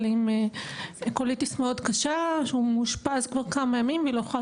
עם קוליטיס מאוד קשה שמאושפז כבר כמה ימים והיא לא יכולה